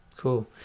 Cool